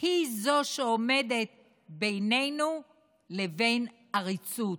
היא שעומדת בינינו לבין עריצות,